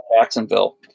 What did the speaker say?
jacksonville